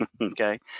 okay